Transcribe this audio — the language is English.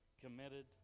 committed